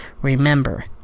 Remember